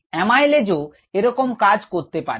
amylase ও এরকম কাজ করতে পারে